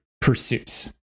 pursuits